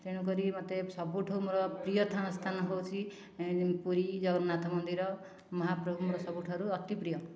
ତେଣୁ କରି ମୋତେ ସବୁଠୁ ମୋର ପ୍ରିୟତମ ସ୍ଥାନ ହେଉଛି ପୁରୀ ଜଗନ୍ନାଥ ମନ୍ଦିର ମହାପ୍ରଭୁ ମୋର ସବୁଠାରୁ ଅତି ପ୍ରିୟ